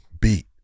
beat